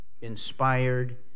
inspired